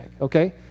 okay